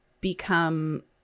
become